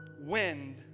Wind